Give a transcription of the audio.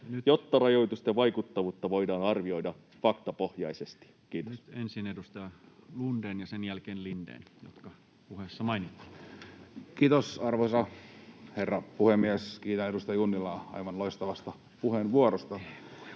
jotta rajoitusten vaikuttavuutta voidaan arvioida faktapohjaisesti.” — Kiitos. Nyt ensin edustaja Lundén ja sen jälkeen Lindén, jotka puheessa mainittiin. Kiitos, arvoisa herra puhemies! Kiitän edustaja Junnilaa aivan loistavasta puheenvuorosta.